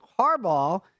Harbaugh